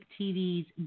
TV's